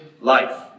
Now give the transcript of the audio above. life